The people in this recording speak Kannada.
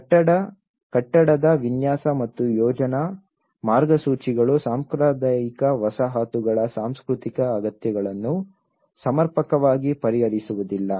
ಕಟ್ಟಡ ವಿನ್ಯಾಸ ಮತ್ತು ಯೋಜನಾ ಮಾರ್ಗಸೂಚಿಗಳು ಸಾಂಪ್ರದಾಯಿಕ ವಸಾಹತುಗಳ ಸಾಂಸ್ಕೃತಿಕ ಅಗತ್ಯಗಳನ್ನು ಸಮರ್ಪಕವಾಗಿ ಪರಿಹರಿಸುವುದಿಲ್ಲ